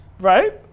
Right